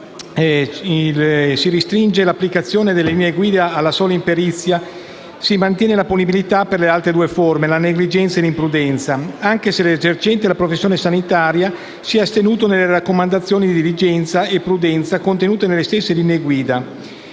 si restringe l'applicazione delle linee guida alla sola imperizia e si mantiene la punibilità per le altre due forme, la negligenza e l'imprudenza, anche se l'esercente la professione sanitaria si è astenuto nelle raccomandazioni di diligenza e prudenza contenute nelle stesse linee guida.